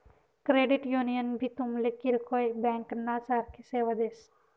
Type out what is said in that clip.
credit union भी तुमले किरकोय ब्यांकना सारखी सेवा देस